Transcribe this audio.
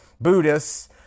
Buddhists